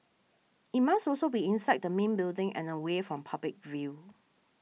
it must also be inside the main building and away from public view